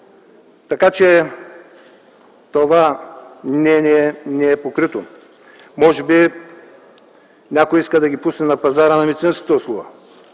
така че това мнение не е покрито. Може би някой иска да ги пусне на пазара на медицинската услуга?!